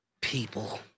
people